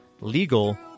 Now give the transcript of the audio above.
legal